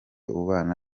ubana